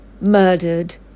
murdered